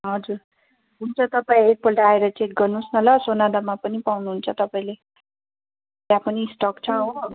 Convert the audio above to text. हजुर हुन्छ तपाईँ एकपल्ट आएर चेक गर्नुहोस् न ल सोनादामा पनि पाउँनुहुन्छ तपाईँले त्यहाँ पनि स्टक छ हो